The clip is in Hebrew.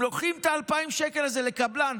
אם נותנים את ה-2,000 שקל האלה לקבלן,